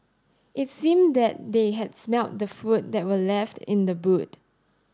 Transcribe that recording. it seemed that they had smelt the food that were left in the boot